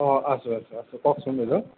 অঁ আছোঁ আছোঁ আছোঁ কওকচোন বাইদেউ